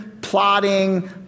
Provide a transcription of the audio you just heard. plotting